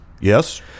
Yes